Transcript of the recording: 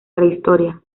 prehistoria